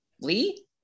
Lee